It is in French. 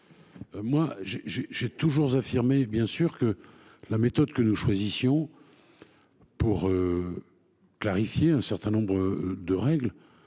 J'ai toujours affirmé que la méthode que nous choisissions pour clarifier un certain nombre de règles